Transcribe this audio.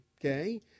okay